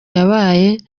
yabaye